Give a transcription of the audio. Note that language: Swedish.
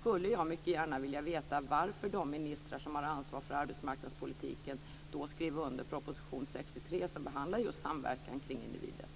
skulle jag mycket gärna vilja veta varför de ministrar som har ansvar för arbetsmarknadspolitiken skrev under proposition 63 som behandlar just samverkan kring individen.